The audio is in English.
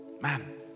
Man